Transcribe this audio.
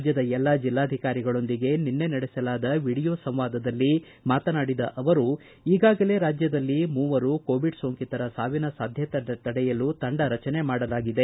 ರಾಜ್ಯದ ಎಲ್ಲಾ ಜಿಲ್ಲಾಧಿಕಾರಿಗಳೊಂದಿಗೆ ನಿನ್ನೆ ನಡೆಸಲಾದ ವೀಡಿಯೋ ಸಂವಾದದಲ್ಲಿ ಮಾತನಾಡಿದ ಅವರು ಈಗಾಗಲೇ ರಾಜ್ಯದಲ್ಲಿ ಮೂವರು ಕೋವಿಡ್ ಸೋಂಕಿತರ ಸಾವಿನ ಸಾಧ್ಯತೆ ತಡೆಯಲು ತಂಡ ರಚನೆ ಮಾಡಲಾಗಿದೆ